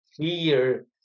fear